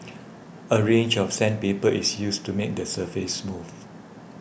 a range of sandpaper is used to make the surface smooth